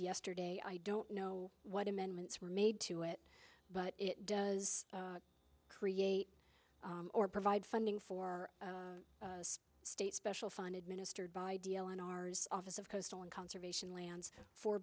yesterday i don't know what amendments were made to it but it does create or provide funding for state special fund administered by deal on ours office of coastal and conservation lands for